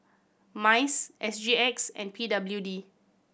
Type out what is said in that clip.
MICE S G X and P W D